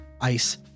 ice